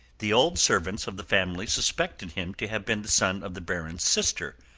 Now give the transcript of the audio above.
the old servants of the family suspected him to have been the son of the baron's sister,